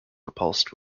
repulsed